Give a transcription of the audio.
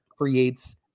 creates